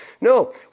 No